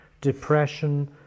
depression